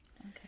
okay